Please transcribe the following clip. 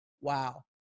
Wow